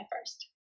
first